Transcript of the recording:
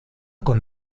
con